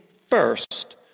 first